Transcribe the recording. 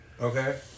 Okay